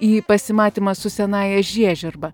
į pasimatymą su senąja žiežirba